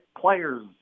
players